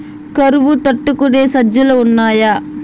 కరువు తట్టుకునే సజ్జలు ఉన్నాయా